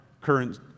current